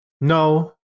No